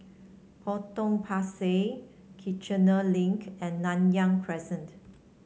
Potong Pasir Kiichener Link and Nanyang Crescent